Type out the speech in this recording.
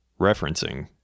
referencing